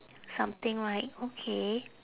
something right okay